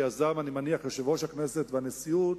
שאני מניח שיזמו יושב-ראש הכנסת והנשיאות,